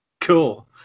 cool